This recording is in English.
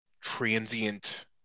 transient